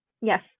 Yes